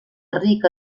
rica